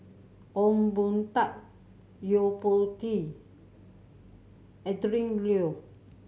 Ong Boon Tat Yo Po Tee Adrin Loi